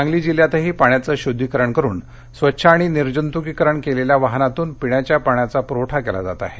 सांगली जिल्ह्यातही पाण्याचं शुद्धीकरण करून स्वच्छ आणि निर्जंतुकीकरण केलेल्या वाहनातून पिण्याच्या पाण्याचा पुरवठा केला जात आहे